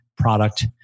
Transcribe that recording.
product